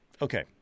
Okay